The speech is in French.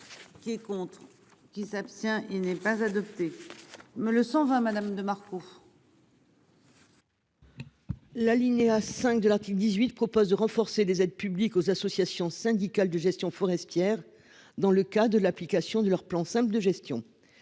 Qui est contre. Qui s'abstient. Il n'est pas adopté. Mais le va Madame de Marco. L'alinéa 5 de l'article 18 propose de renforcer les aides publiques aux associations syndicales de gestion forestière. Dans le cas de l'application de leur plan Simple de gestion